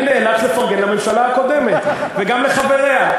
אני נאלץ לפרגן לממשלה הקודמת וגם לחבריה,